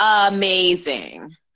amazing